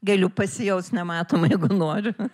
galiu pasijaust nematoma jeigu noriu